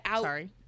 Sorry